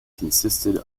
consisted